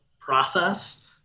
process